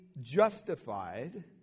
justified